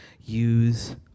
use